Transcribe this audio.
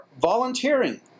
volunteering